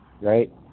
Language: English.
right